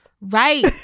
Right